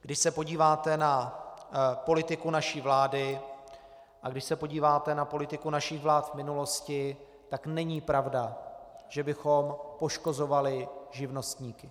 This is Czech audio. Když se podíváte na politiku naší vlády a když se podíváte na politiku našich vlád v minulosti, tak není pravda, že bychom poškozovali živnostníky.